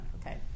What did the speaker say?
Okay